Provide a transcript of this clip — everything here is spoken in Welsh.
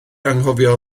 anghofio